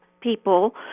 people